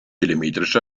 telemetrisch